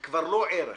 היא כבר לא ערך.